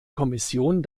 kommission